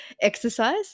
exercise